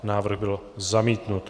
Návrh byl zamítnut.